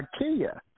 Ikea